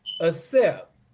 accept